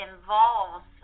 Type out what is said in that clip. involves